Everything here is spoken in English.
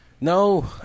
No